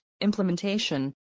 implementation